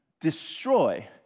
destroy